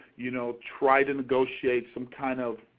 you know try to negotiate some kind of